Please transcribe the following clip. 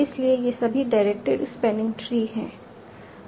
इसलिए ये सभी डायरेक्टेड स्पैनिंग ट्री हैं